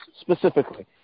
specifically